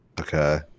Okay